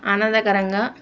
ఆనందకరంగా